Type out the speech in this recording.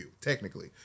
technically